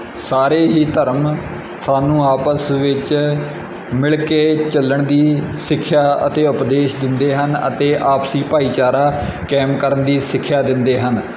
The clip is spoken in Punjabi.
ਸਾਰੇ ਹੀ ਧਰਮ ਸਾਨੂੰ ਆਪਸ ਵਿੱਚ ਮਿਲ ਕੇ ਚੱਲਣ ਦੀ ਸਿੱਖਿਆ ਅਤੇ ਉਪਦੇਸ਼ ਦਿੰਦੇ ਹਨ ਅਤੇ ਆਪਸੀ ਭਾਈਚਾਰਾ ਕਾਇਮ ਕਰਨ ਦੀ ਸਿੱਖਿਆ ਦਿੰਦੇ ਹਨ